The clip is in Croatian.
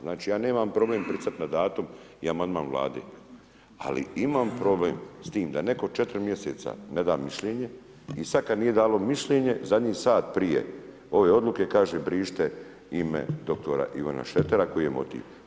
Znači ja nemam problem pristat na datum i amandman Vlade ali imam problem s tim da netko 4 mj. ne da mišljenje i sad kad nije dalo mišljenje, zadnji sat prije ove odluke kaže brišite ime dr. Ivana Šretera koji je motiv.